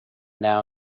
now